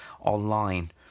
online